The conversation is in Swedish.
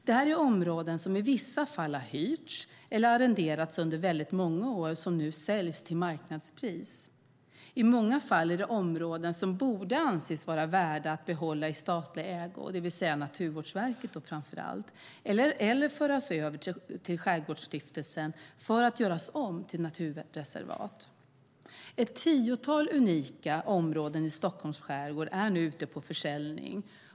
Det här är områden som i vissa fall har hyrts eller arrenderats under väldigt många år som nu säljs till marknadspris. I många fall är det områden som borde anses vara värda att behålla i statlig ägo, det vill säga framför allt hos Naturvårdsverket, eller föras över till Skärgårdsstiftelsen för att göras om till naturreservat. Ett tiotal unika områden i Stockholms skärgård är nu ute på försäljning.